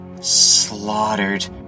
slaughtered